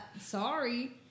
Sorry